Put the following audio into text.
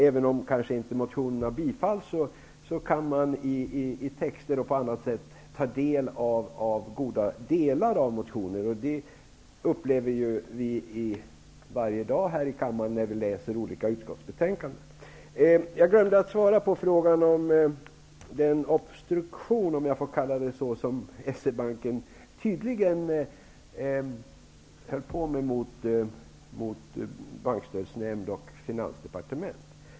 Även om motionerna kanske inte blir bifallna, kan man i vissa texter utnyttja goda delar av motionerna. Det upplever vi ju varje dag här i kammaren, när vi läser olika utskottsbetänkanden. Jag glömde att svara på frågan om den obstruktion, om jag får kalla det så, som S-E-Banken tydligen höll på med mot Bankstödsnämnden och Finansdepartementet.